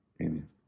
amen